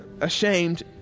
ashamed